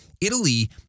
Italy